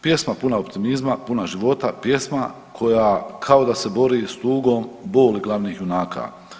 Pjesma puna optimizma, puna života, pjesma koja kao da se bori s tugom i boli glavnih junaka.